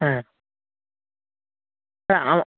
হ্যাঁ আমা